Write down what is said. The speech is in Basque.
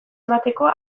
emateko